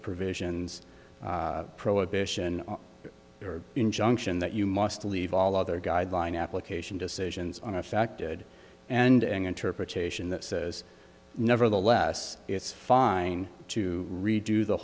provisions prohibition injunction that you must leave all other guideline application decisions on a fact and interpretation that says nevertheless it's fine to redo the